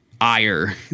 ire